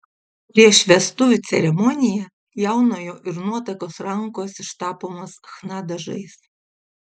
prieš vestuvių ceremoniją jaunojo ir nuotakos rankos ištapomos chna dažais